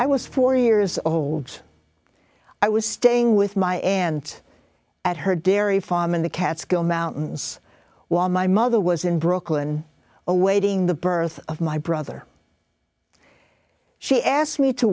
i was four years old i was staying with my aunt at her dairy farm in the catskill mountains while my mother was in brooklyn awaiting the birth of my brother she asked me to